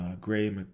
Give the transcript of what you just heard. Gray